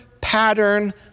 pattern